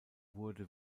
wurde